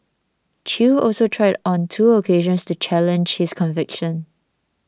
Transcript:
Chew also tried on two occasions to challenge his conviction